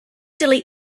delete